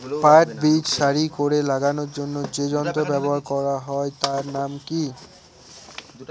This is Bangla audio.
পাট বীজ সারি করে লাগানোর জন্য যে যন্ত্র ব্যবহার হয় তার নাম কি?